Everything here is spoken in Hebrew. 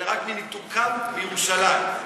אלא רק מניתוקן מירושלים.